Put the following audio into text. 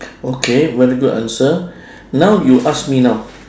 okay very good answer now you ask me now